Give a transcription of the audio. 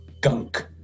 Gunk